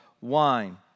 wine